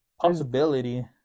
possibility